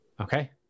Okay